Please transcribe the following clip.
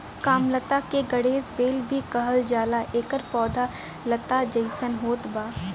कामलता के गणेश बेल भी कहल जाला एकर पौधा लता जइसन होत बा